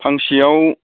फांसेयाव